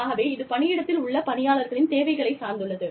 ஆகவே இது பணியிடத்தில் உள்ள பணியாளர்களின் தேவைகளைச் சார்ந்துள்ளது